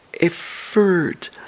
effort